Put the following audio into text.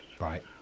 Right